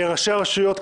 ראשי רשויות.